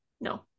No